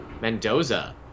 Mendoza